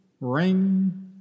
ring